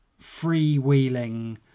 freewheeling